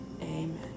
Amen